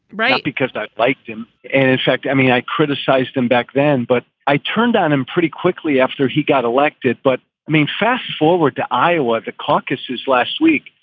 right, because i liked him and in fact, i mean, i criticized him back then, but i turned on him pretty quickly after he got elected. but i mean, fast forward to iowa. the caucuses last week.